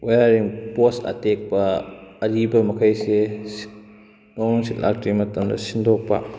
wiring ꯄꯣꯁ ꯑꯇꯦꯛꯄ ꯑꯔꯤꯕ ꯃꯈꯩꯁꯦ ꯅꯣꯡ ꯅꯨꯡꯁꯤꯠ ꯂꯥꯛꯇ꯭ꯔꯤꯉꯩ ꯃꯇꯝꯗ ꯁꯤꯟꯗꯣꯛꯄ